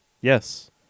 Yes